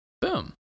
Boom